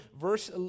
verse